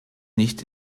nicht